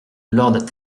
lord